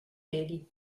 peli